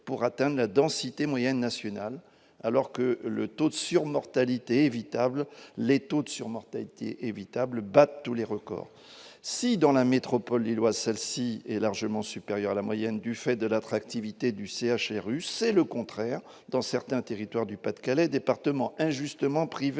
pour atteindre la densité moyenne nationale alors que le taux de surmortalité évitable, les taux de surmortalité évitable bat tous les records, si dans la métropole lillois, celle-ci est largement supérieur à la moyenne du fait de l'attractivité du CHRU, c'est le contraire dans certains territoires du Pas-de-Calais département injustement privé